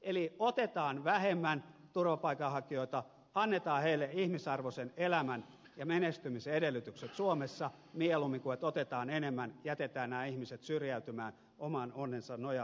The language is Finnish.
eli otetaan vähemmän turvapaikanhakijoita annetaan heille ihmisarvoisen elämän ja menestymisen edellytykset suomessa mieluummin kuin että otetaan enemmän ja jätetään nämä ihmiset syrjäytymään oman onnensa nojaan